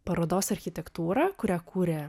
parodos architektūrą kurią kūrė